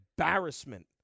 embarrassment